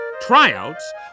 tryouts